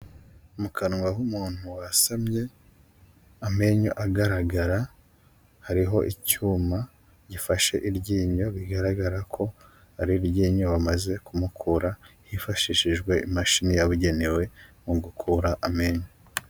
Mu kanwa h'umuntu wasamye amenyo agaragara, hariho icyuma gifashe iryinyo, bigaragara ko ari iryinyo bamaze kumukura hifashishijwe imashini yabugenewe mu gukura amenyo.